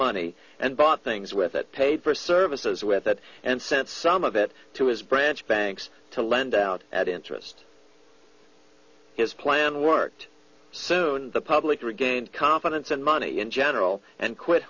money and bought things with it paid for services with it and sent some of it to his branch banks to lend out at interest his plan worked soon the public to regain confidence in money in general and quit